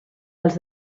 els